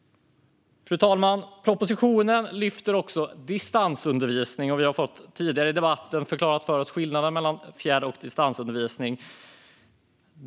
Fru talman! Propositionen tar också upp distansundervisning. Vi har tidigare i debatten fått skillnaden mellan fjärrundervisning och distansundervisning förklarad för oss.